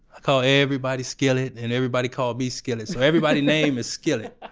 call everybody skillet and everybody call me skillet, so everybody name is skillet. ah